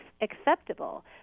acceptable